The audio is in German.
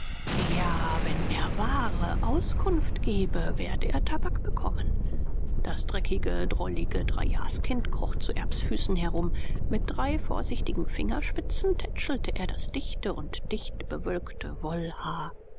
ja wenn er wahre auskunft gebe werde er tabak bekommen das dreckig drollige dreijahrskind kroch zu erbs füßen herum mit drei vorsichtigen fingerspitzen tätschelte er das dichte und dichtbevölkerte wollhaar